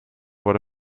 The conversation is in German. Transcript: wurde